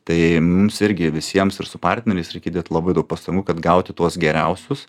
tai mums irgi visiems ir su partneriais reikia įdėt labai daug pastangų kad gauti tuos geriausius